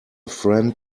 friend